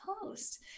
post